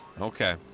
Okay